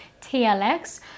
TLX